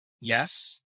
yes